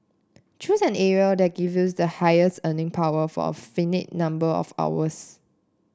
choose an area that gives the highest earning power for a finite number of hours